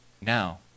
now